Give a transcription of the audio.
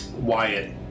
Wyatt